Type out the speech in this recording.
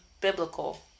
Biblical